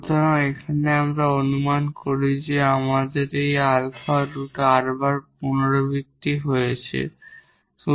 সুতরাং এখানে আমরা অনুমান করি যে আমাদের এই আলফা রুট r বার রিপিটেড হয়েছে